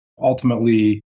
ultimately